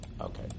Okay